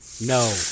No